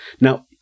Now